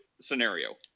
scenario